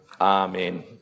Amen